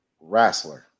Wrestler